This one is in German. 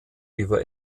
über